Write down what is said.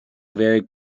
very